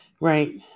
Right